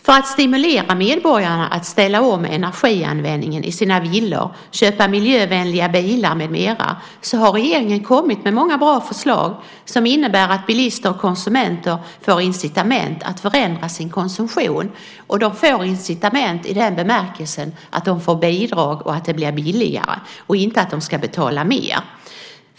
För att stimulera medborgarna att ställa om energianvändningen av sina villor, köpa miljövänligare bilar med mera har regeringen kommit med många bra förslag som innebär att bilister och konsumenter får incitament att förändra sin konsumtion och då får incitament i den bemärkelsen att de får bidrag och att det blir billigare, inte att de ska betala mer.